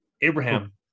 abraham